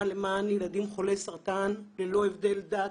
למען ילדים חולי סרטן ללא הבדל דת,